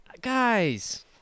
guys